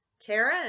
Tara